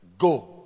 Go